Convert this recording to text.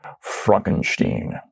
Frankenstein